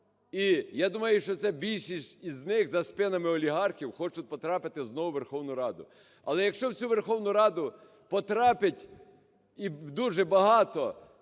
І я думаю, що це більшість із них за спинами олігархів хочуть потрапити знову у Верховну Раду. Але якщо у цю Верховну Раду потрапить і дуже багато